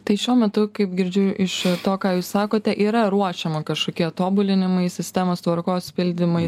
tai šiuo metu kaip girdžiu iš to ką jūs sakote yra ruošiama kažkokie tobulinimai sistemos tvarkos pildymai